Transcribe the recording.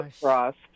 frost